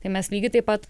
tai mes lygiai taip pat